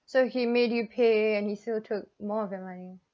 so he made you pay and he still took more of the money